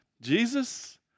Jesus